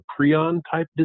prion-type